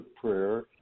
prayer